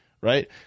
right